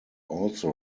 also